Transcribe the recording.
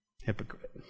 Hypocrite